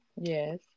Yes